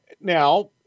Now